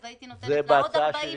אז הייתי נותנת לה עוד 40 ימים.